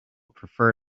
prefer